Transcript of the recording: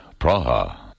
Praha